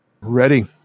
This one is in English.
Ready